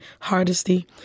Hardesty